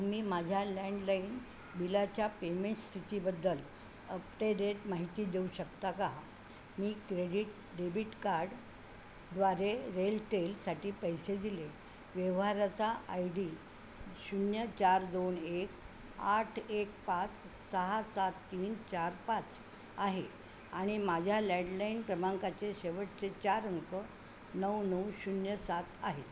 तुम्ही माझ्या लँडलाईन बिलाच्या पेमेंट स्थितीबद्दल अपटेडेट माहिती देऊ शकता का मी क्रेडिट डेबिट कार्ड द्वारे रेलटेल साठी पैसे दिले व्यवहाराचा आय डी शून्य चार दोन एक आठ एक पाच सहा सात तीन चार आहे आणि माझ्या लँडलाईन क्रमांकाचे शेवटचे चार अंक नऊ नऊ शून्य सात आहेत